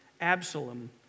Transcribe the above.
Absalom